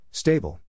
Stable